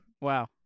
Wow